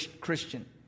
Christian